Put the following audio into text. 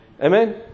Amen